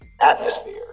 atmosphere